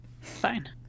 Fine